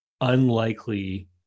unlikely